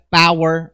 power